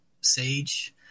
sage